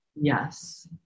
yes